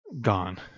Gone